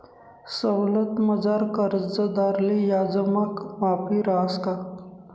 सवलतमझार कर्जदारले याजमा माफी रहास का?